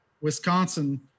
Wisconsin